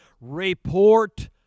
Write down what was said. Report